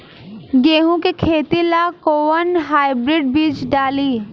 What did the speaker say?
गेहूं के खेती ला कोवन हाइब्रिड बीज डाली?